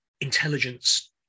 intelligence